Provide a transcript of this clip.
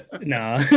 no